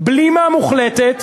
בלימה מוחלטת,